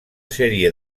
sèrie